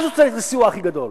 אז הוא צריך את הסיוע הכי גדול.